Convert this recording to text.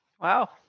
Wow